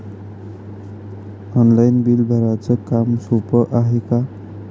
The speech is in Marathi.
ऑनलाईन बिल भराच काम सोपं हाय का?